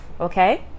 okay